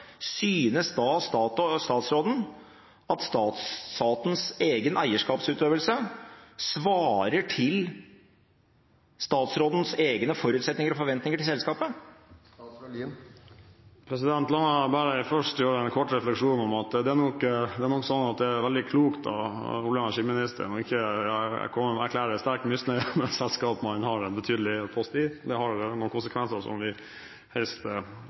synes da statsråden at statens egen eierskapsutøvelse svarer til statsrådens egne forutsetninger og forventninger til selskapet? La meg bare først gjøre en kort refleksjon rundt at det nok er veldig klokt av olje- og energiministeren ikke å erklære sterk misnøye med selskaper han har en betydelig post i. Det har noen konsekvenser som vi helst